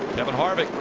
kevin harvick,